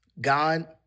God